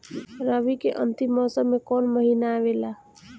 रवी के अंतिम मौसम में कौन महीना आवेला?